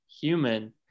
human